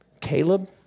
Caleb